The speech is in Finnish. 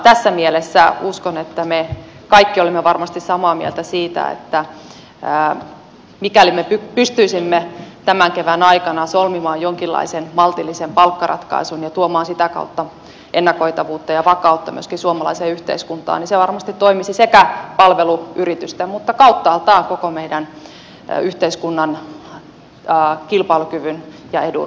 tässä mielessä uskon että me kaikki olemme varmasti samaa mieltä siitä että mikäli me pystyisimme tämän kevään aikana solmimaan jonkinlaisen maltillisen palkkaratkaisun ja tuomaan sitä kautta ennakoitavuutta ja vakautta myöskin suomalaiseen yhteiskuntaan niin se varmasti toimisi sekä palveluyritysten että kauttaaltaan koko meidän yhteiskuntamme kilpailukyvyn ja edun mukaisesti